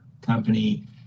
company